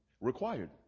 required